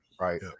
Right